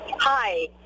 Hi